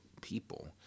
people